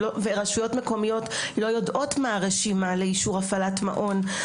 ורשויות מקומיות לא יודעות מהרשימה לאישור הפעלת מעון,